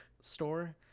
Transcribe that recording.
store